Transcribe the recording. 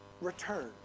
return